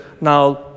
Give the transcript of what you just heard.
now